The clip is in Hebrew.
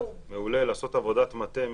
לעשות עבודת מטה מסודרת,